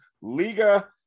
Liga